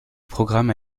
programme